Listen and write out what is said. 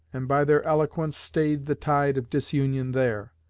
and by their eloquence stayed the tide of disunion there.